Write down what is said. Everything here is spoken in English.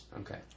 Okay